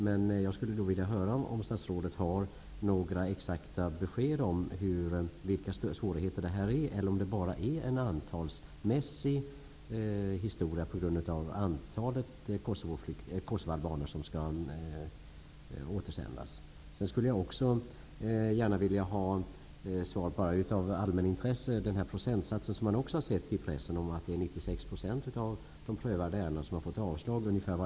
Men jag skulle vilja fråga statsrådet om hon har några exakta besked om förekomsten av sådana svårigheter detta innebär, eller om svårigheterna uppstår enbart på grund av antalet kosovoalbaner som skall återsändas. Jag skulle också av allmänintresse gärna vilja ha svar angående en procentsats som jag också har sett i pressen, nämligen att 96 % av de prövade ärendena har avslagits.